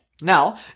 Now